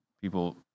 people